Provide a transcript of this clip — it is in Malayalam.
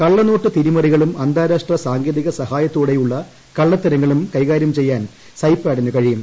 കള്ളനോട്ട് തിരിമറികളും അന്താരാഷ്ട്ര സാങ്കേതിക സഹായത്തോടെയുള്ള കള്ളത്തരങ്ങളും കൈകാര്യം ചെയ്യാൻ ് സൈപാഡിന് കഴിയും